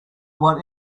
what